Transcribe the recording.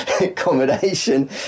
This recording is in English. accommodation